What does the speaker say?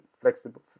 flexible